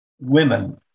women